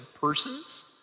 persons